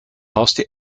haustier